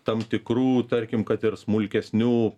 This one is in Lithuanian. tam tikrų tarkim kad ir smulkesnių